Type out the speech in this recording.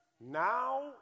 Now